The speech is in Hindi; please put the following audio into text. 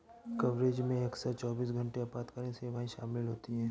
कवरेज में अक्सर चौबीस घंटे आपातकालीन सेवाएं शामिल होती हैं